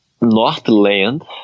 Northland